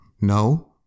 No